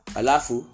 alafu